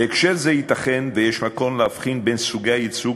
בהקשר זה ייתכן שיש מקום להבחין בין סוגי הייצוג